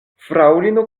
fraŭlino